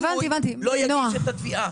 לא יגיש את התביעה.